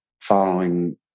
following